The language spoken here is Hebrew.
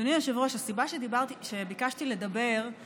אדוני היושב-ראש, הסיבה שביקשתי לדבר היא